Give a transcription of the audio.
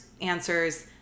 answers